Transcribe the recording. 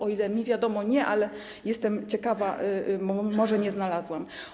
O ile mi wiadomo - nie, ale jestem ciekawa, może tego nie znalazłam.